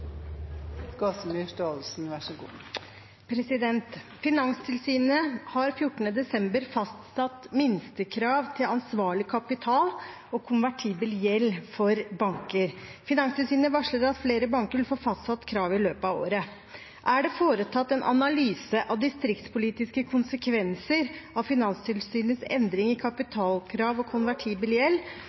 har 14. desember 2020 fastsatt minstekrav til ansvarlig kapital og konvertibel gjeld for seks banker. Finanstilsynet varsler at flere banker vil få fastsatt krav i løpet av året. Er det foretatt en analyse av distriktspolitiske konsekvenser av Finanstilsynets endring i kapitalkrav og konvertibel gjeld,